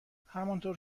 همانطور